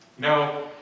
No